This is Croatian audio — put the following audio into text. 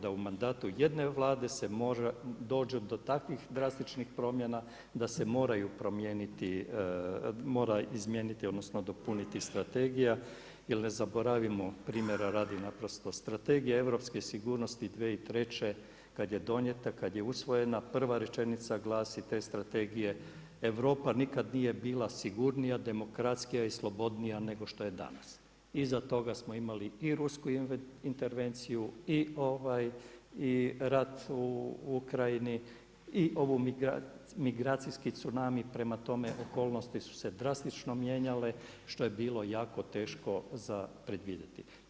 Da u mandatu jedne Vlade se dođe do takvih drastičnih promjena da se moraju promijeniti, mora izmijeniti odnosno dopuniti strategija jer ne zaboravimo, primjera radi, naprosto Strategija europske sigurnosti 2003. kad je donijeta, kad je usvojena, prva rečenica glasi te strategije „Europa nikad nije bila sigurnija, demokratskija i slobodnija nego što je danas.“ Iza toga smo i rusku intervenciju i rat u Ukrajini i ovaj migracijski tsunami, prema tome, okolnosti su se drastično mijenjale što je bilo jako teško za predvidjeti.